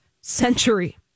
century